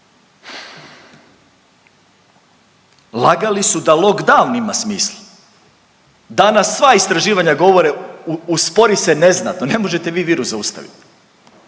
Lagali su da lockdown ima smisla. Danas sva istraživanja govore uspori se neznatno, ne možete vi virus zaustavit.